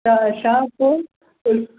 त छा पोइ